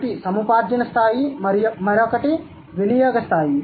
ఒకటి సముపార్జన స్థాయి మరొకటి వినియోగ స్థాయి